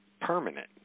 permanent